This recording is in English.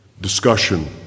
discussion